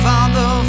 Father